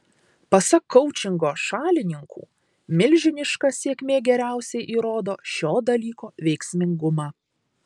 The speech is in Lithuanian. pasak koučingo šalininkų milžiniška sėkmė geriausiai įrodo šio dalyko veiksmingumą